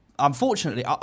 Unfortunately